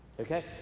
Okay